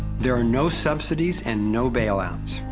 there are no subsidies and no bailouts.